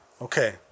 Okay